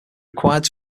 required